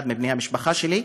אחד מבני המשפחה שלי,